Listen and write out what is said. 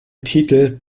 titel